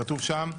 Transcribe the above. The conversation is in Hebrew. כתוב שם: